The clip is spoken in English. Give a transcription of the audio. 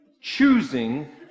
choosing